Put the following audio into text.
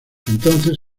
entonces